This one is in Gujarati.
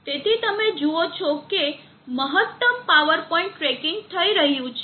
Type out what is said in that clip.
તેથી તમે જુઓ છો કે મહત્તમ પાવર પોઇન્ટ ટ્રેકિંગ થઈ રહ્યું છે